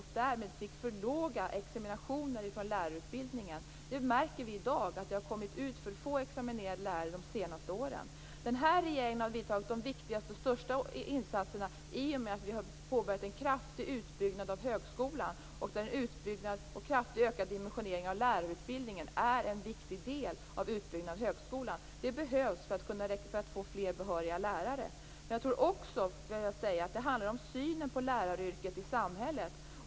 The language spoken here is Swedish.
Därmed blev det för litet examinationer från lärarutbildningen. Vi märker i dag att det har kommit ut för få examinerade lärare under de senaste åren. Regeringen har vidtagit de viktigaste och största insatserna i och med att vi har påbörjat en kraftig utbyggnad av högskolan. Den kraftiga dimensioneringen av lärarutbildningen är en viktig del av utbyggnaden av högskolan. Det behövs för att få fler behöriga lärare. Men jag tror också att det handlar om synen på läraryrket i samhället.